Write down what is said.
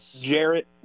Jarrett